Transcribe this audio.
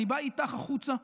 אני בא איתך החוצה.